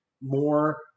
more